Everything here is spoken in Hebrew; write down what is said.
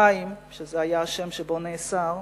חיים, שזה היה השם שבו נאסר,